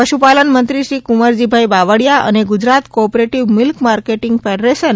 પશુપાલન મંત્રી શ્રી કુંવરજીભાઈ બાવળિયા અને Gujarat cooperative milk marketing federation લી